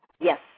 Yes